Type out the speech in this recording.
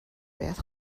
باید